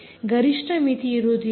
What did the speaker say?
ಗರಿಷ್ಠ ಮಿತಿಯಿರುವುದಿಲ್ಲ